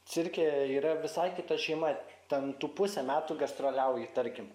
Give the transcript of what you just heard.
cirke yra visai kita šeima ten tu pusę metų gastroliauji tarkim